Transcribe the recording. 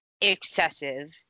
excessive